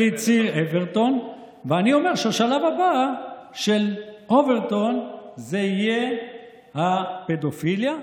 ואני אומר שהשלב הבא של אוברטון יהיה הפדופיליה.